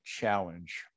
challenge